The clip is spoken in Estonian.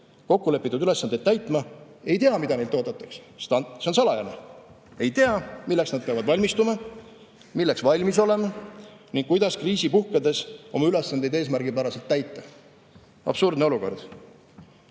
kokkulepitud ülesandeid täitma, ei tea, mida neilt oodatakse, sest see on salajane. Nad ei tea, milleks nad peavad valmistuma, milleks valmis olema ning kuidas kriisi puhkedes oma ülesandeid eesmärgipäraselt täita. Absurdne olukord.